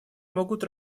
могут